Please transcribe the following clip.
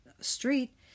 street